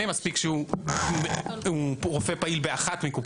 מספיק שהוא רופא פעיל באחת מקופות החולים,